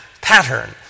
pattern